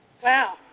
Wow